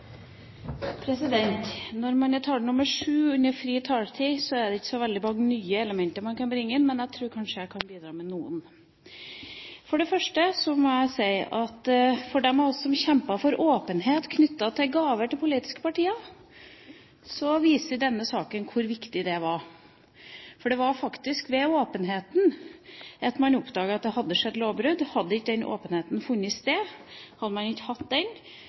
det ikke så veldig mange nye elementer man kan bringe inn, men jeg tror kanskje jeg kan bidra med noen. For det første må jeg si at for dem av oss som kjempet for åpenhet knyttet til gaver til politiske partier, viser denne saken hvor viktig det var. For det var faktisk ved åpenheten man oppdaget at det hadde skjedd lovbrudd. Hadde ikke den åpenheten funnet sted, hadde man ikke hatt den,